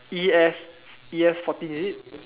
E S E S fourteen is it